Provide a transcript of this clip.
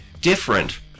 different